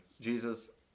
Jesus